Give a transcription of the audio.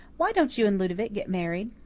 why don't you and ludovic get married?